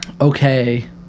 okay